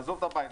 לעזוב את הבית,